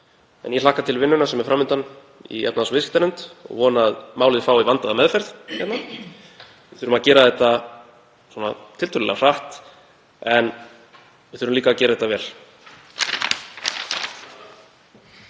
En ég hlakka til vinnunnar sem er fram undan í efnahags- og viðskiptanefnd og vona að málið fái vandaða meðferð hérna. Við þurfum að gera þetta tiltölulega hratt en við þurfum líka að gera þetta vel.